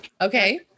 Okay